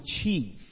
achieve